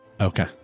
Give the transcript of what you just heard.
Okay